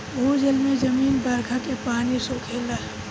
भूजल में जमीन बरखे के पानी सोखेले